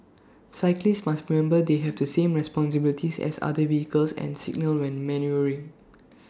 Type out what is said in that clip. cyclists must remember they have the same responsibilities as other vehicles and signal when manoeuvring